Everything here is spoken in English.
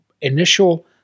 initial